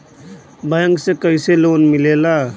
Bank से कइसे loan मिलेला?